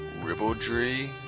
ribaldry